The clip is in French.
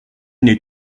n’est